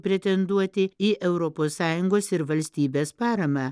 pretenduoti į europos sąjungos ir valstybės paramą